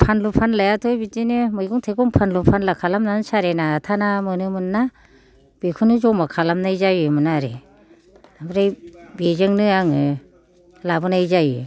फानलु फानलायाथ' बिदिनो मैगं थाइगं फानलु फानला खालामनानै बिदिनो सारेना आथोना मोनोमोनना बेखौनो ज'मा खालामनाय जायोमोन आरो ओमफ्राय बेजोंनो आङो लाबोनाय जायो